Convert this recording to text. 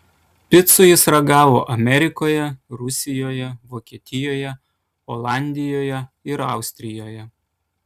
picų jis ragavo amerikoje rusijoje vokietijoje olandijoje ir austrijoje